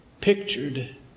pictured